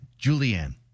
Julianne